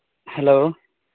hello